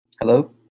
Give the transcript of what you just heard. Hello